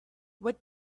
what